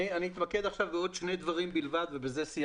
אתמקד בעוד שני דברים בלבד.